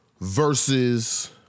versus